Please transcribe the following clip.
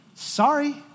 sorry